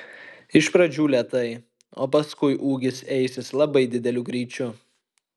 iš pradžių lėtai o paskui ūgis eisis labai dideliu greičiu